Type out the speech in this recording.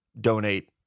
donate